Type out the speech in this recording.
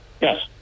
yes